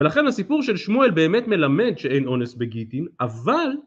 ולכן הסיפור של שמואל באמת מלמד שאין אונס בגיטין, אבל